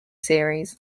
series